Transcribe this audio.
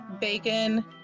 bacon